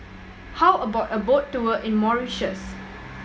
how about a boat tour in Mauritius